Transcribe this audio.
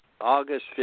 August